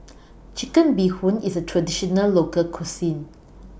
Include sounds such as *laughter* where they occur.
*noise* Chicken Bee Hoon IS A Traditional Local Cuisine